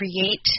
create